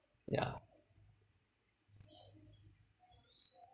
yeah